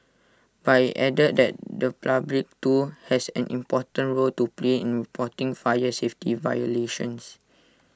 but IT added that the public too has an important role to play in reporting fire safety violations